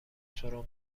سرم